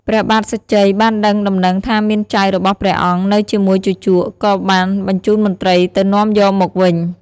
ព្រះបាទសញ្ជ័យបានដឹងដំណឹងថាមានចៅរបស់ព្រះអង្គនៅជាមួយជូជក ក៏បានបញ្ជូនមន្ត្រីទៅនាំយកមកវិញ។